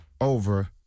over